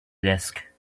desk